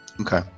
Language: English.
Okay